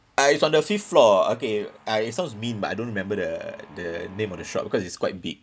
uh it's on the fifth floor okay uh it sounds mean but I don't remember the the name of the shop because it's quite big